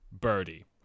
birdie